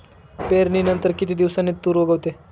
पेरणीनंतर किती दिवसांनी तूर उगवतो?